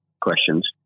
questions